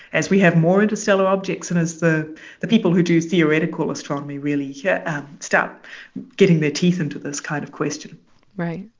as we have more interstellar objects and as the the people who do theoretical astronomy really yeah start getting their teeth into this kind of question right.